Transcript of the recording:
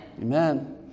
Amen